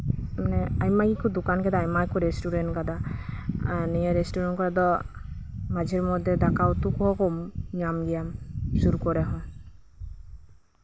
ᱟᱱᱮ ᱟᱭᱢᱟ ᱜᱮᱠᱚ ᱫᱚᱠᱟᱱ ᱟᱠᱟᱫᱟ ᱟᱭᱢᱟ ᱜᱮᱠᱚ ᱨᱮᱥᱴᱩᱨᱮᱱᱴ ᱟᱠᱟᱫᱟ ᱟᱨ ᱱᱤᱭᱟᱹ ᱨᱮᱥᱴᱩᱨᱮᱱᱴ ᱠᱚᱨᱮ ᱫᱚ ᱢᱟᱡᱷᱮ ᱢᱚᱫᱽᱫᱷᱮ ᱫᱟᱠᱟ ᱩᱛᱩ ᱠᱚᱦᱚᱸ ᱠᱚᱢ ᱧᱟᱢ ᱜᱮᱭᱟ ᱥᱩᱨ ᱠᱚᱨᱮ ᱫᱚ